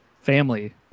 family